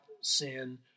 sin